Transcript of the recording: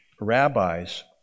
rabbis